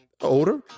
older